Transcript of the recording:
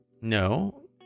No